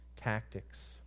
tactics